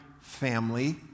family